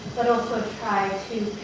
but also try to